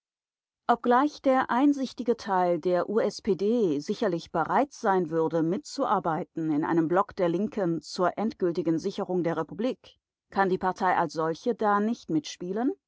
obgleich der einsichtige teil der u s p d sicherlich bereit sein würde mitzuarbeiten in einem block der linken zur endgültigen sicherung der republik kann die partei als solche da nicht mitspielen